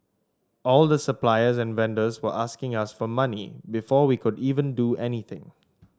all the suppliers and vendors were asking us for money before we could even do anything